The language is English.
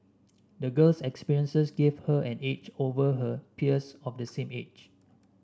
the girl's experiences gave her an edge over her peers of the same age